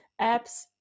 apps